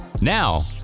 Now